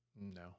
no